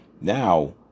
Now